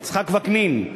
יצחק וקנין,